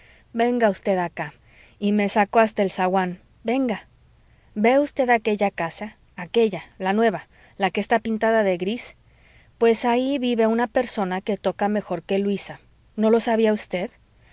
venga usted acá y me sacó hasta el zaguán venga ve usted aquella casa aquella la nueva la que está pintada de gris pues ahí vive una persona que toca mejor que luisa no lo sabía usted